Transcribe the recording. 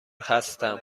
هستم